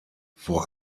vor